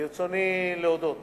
ברצוני להודות